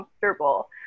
comfortable